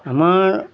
আমাৰ